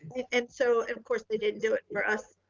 and so of course they didn't do it for us,